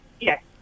Yes